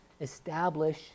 establish